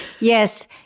Yes